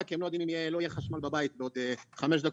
כי הם לא יודעים אם יהיה חשמל בבית בעוד 5 דקות.